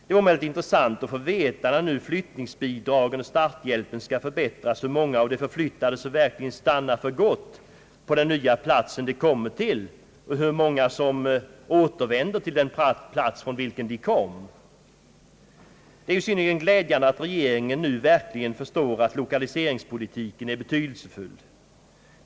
Det vore emeller tid intressant att få veta — när nu flyttningsbidragen och = starthjälpen skall förbättras — hur många av de förflyttade som verkligen stannar för gott på den nya plats de kommit till, och hur många som återvänder till sin förra plats. Det är synnerligen glädjande att regeringen nu verkligen förstår att lokaliseringspolitiken är betydelsefull.